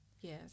Yes